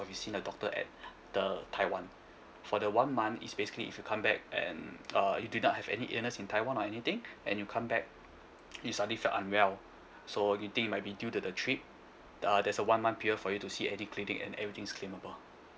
you've seen the doctor at taiwan for the one month is basically if you come back and uh you do not have any illness in taiwan or anything and you come back you suddenly felt unwell so you think it might be due to the trip uh there's a one my period for you to see any clinic and everything's claimable